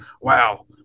wow